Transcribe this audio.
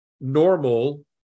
normal